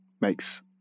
makes